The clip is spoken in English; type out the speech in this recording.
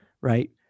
right